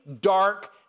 dark